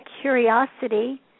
curiosity